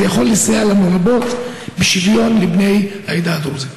זה יכול לסייע לנו רבות בשוויון לבני העדה הדרוזית.